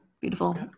beautiful